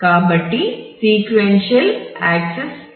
కాబట్టి sequential access ఉంటుంది